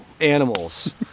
animals